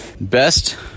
best